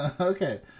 okay